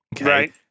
right